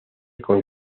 con